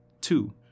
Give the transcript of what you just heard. Two